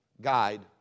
guide